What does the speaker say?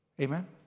Amen